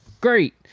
Great